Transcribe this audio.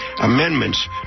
amendments